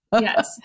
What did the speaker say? Yes